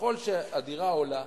ככל שמחיר הדירה עולה,